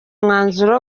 umwanzuro